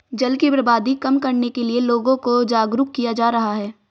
जल की बर्बादी कम करने के लिए लोगों को जागरुक किया जा रहा है